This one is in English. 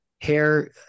hair